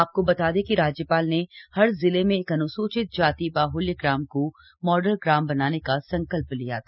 आपको बता दें कि राज्यपाल ने हर जिले में एक अन्सूचित जाति बाहल्य ग्राम को मॉडल ग्राम बनाने का संकल्प लिया था